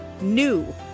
NEW